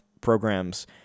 programs